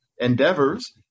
endeavors